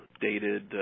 dated